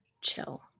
chill